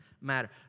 matter